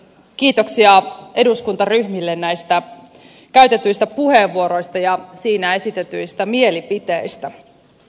kiitoksia eduskuntaryhmille näistä käytetyistä puheenvuoroista ja niissä esitetyistä mielipiteistä